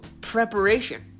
Preparation